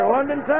London